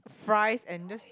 fries and just